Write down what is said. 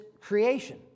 creation